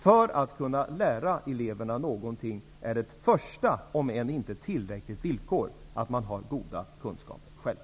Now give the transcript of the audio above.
För att kunna lära eleverna något är ett första, om än inte tillräckligt, villkor att man har goda kunskaper själv.